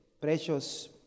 precious